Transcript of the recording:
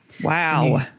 Wow